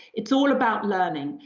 it's all about learning.